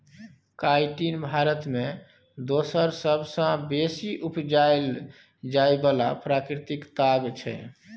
chitin Bharat मे दोसर सबसँ बेसी उपजाएल जाइ बला प्राकृतिक ताग छै